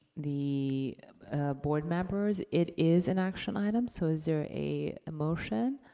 the board members. it is an action item, so is there a motion?